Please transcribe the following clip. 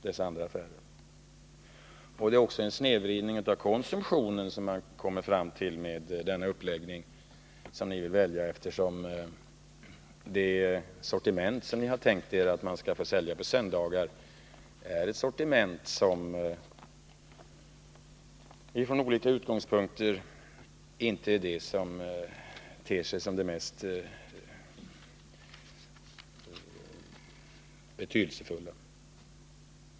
Det är också en snedvridning av konsumtionen som man kommer fram till med den uppläggning som ni vill välja, eftersom det sortiment som ni har tänkt er att man skall få sälja på söndagar inte är det sortiment som från olika utgångspunkter ter sig som det mest betydelsefulla.